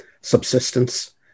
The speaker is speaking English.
subsistence